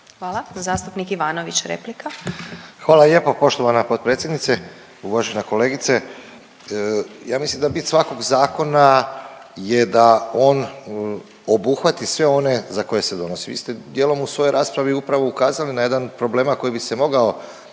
Ivanović, replika. **Ivanović, Goran (HDZ)** Hvala lijepo poštovana potpredsjednice. Uvažena kolegice. Ja mislim da bit svakog zakona je da on obuhvati sve one za koje se donosi. Vi ste dijelom u svojoj raspravi upravo ukazali na jedan od problema koji bi se mogao